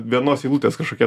vienos eilutės kažkokie